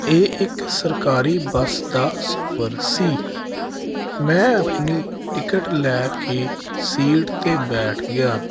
ਇਹ ਇੱਕ ਸਰਕਾਰੀ ਬੱਸ ਦਾ ਸਫ਼ਰ ਸੀ ਮੈਂ ਆਪਣੀ ਟਿਕਟ ਲੈ ਕੇ ਸੀਟ 'ਤੇ ਬੈਠ ਗਿਆ